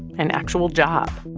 an actual job.